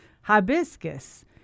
hibiscus